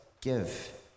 give